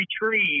retrieve